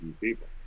people